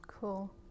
Cool